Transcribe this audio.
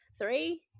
three